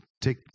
take